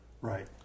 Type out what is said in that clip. Right